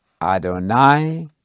Adonai